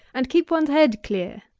and keep one's head clear.